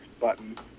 button